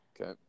Okay